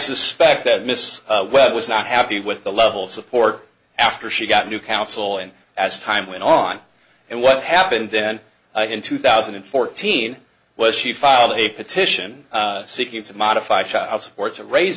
suspect that miss webb was not happy with the level of support after she got new counsel and as time went on and what happened then in two thousand and fourteen was she filed a petition seeking to modify child support to raise